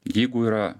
jeigu yra